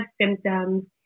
symptoms